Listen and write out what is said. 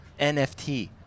NFT